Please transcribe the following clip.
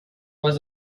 was